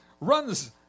runs